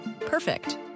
Perfect